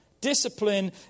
Discipline